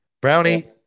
Brownie